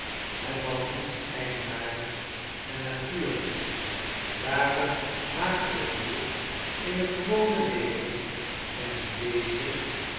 het had niets eigenaardigs en natuurlijks daarom maakte het hier in het gewone leven en in dezen